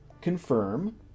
confirm